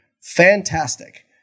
Fantastic